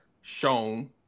shown